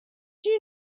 you